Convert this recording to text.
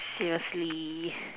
seriously